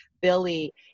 Billy